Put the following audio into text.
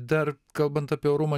dar kalbant apie orumą